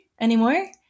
anymore